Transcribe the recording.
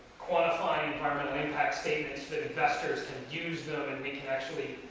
quantify environmental impact statements that investors can use them and we can actually,